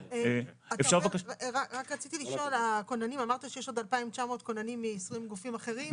אמרת שיש עוד 2,900 כוננים מ-20 גופים אחרים.